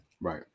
Right